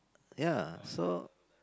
ya so